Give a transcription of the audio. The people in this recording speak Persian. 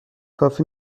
کافی